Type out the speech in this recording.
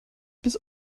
bis